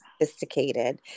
Sophisticated